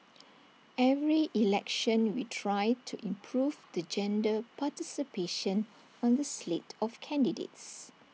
every election we try to improve the gender participation on the slate of candidates